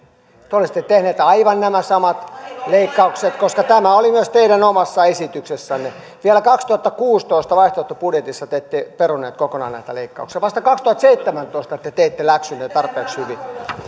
te olisitte tehneet aivan nämä samat leikkaukset koska tämä oli myös teidän omassa esityksessänne vielä kaksituhattakuusitoista vaihtoehtobudjetissa te ette peruneet kokonaan näitä leikkauksia vasta kaksituhattaseitsemäntoista te teitte läksynne tarpeeksi hyvin